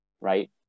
right